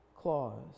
clause